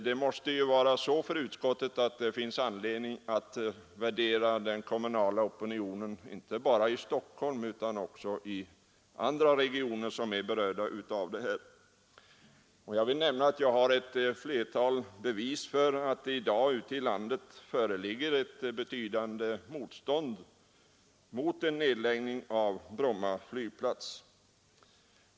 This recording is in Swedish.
Det måste för utskottet finnas anledning att beakta den kommunala opinionen inte bara i Stockholm utan också i andra regioner som är berörda av denna fråga. Jag har ett flertal bevis för att det ute i landet i dag föreligger ett betydande motstånd mot en nedläggning av Bromma flygplats.